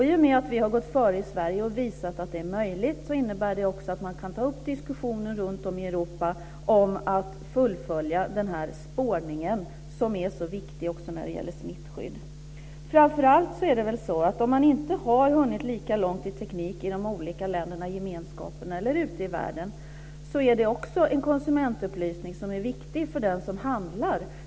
I och med att vi har gått före i Sverige och visat att det är möjligt innebär det också att man kan ta upp diskussioner runtom i Europa att fullfölja spårningen som är så viktig när det gäller smittskydd. Om man inte har hunnit lika långt i teknik i de olika länderna i gemenskapen eller ute i världen är det också en konsumentupplysning som är viktig för den som handlar.